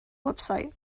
website